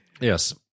Yes